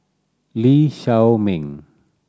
Lee Shao Meng